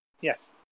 Yes